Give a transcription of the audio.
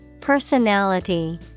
Personality